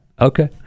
okay